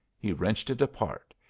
he wrenched it apart.